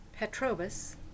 Petrobus